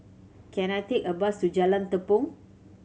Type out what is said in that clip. can I take a bus to Jalan Tepong